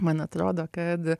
man atrodo kad